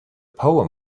poem